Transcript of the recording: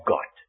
God